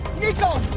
nico!